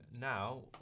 now